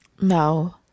no